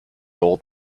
old